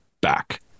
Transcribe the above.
back